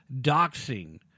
doxing